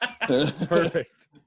perfect